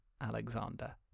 Alexander